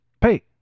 pay